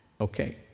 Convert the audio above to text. Okay